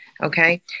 Okay